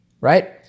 right